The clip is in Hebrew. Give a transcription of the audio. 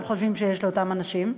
מאיפה הם חושבים שיש כסף לאותם אנשים,